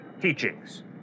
teachings